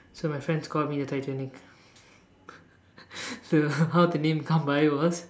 so my friends call me the Titanic so how the name come by was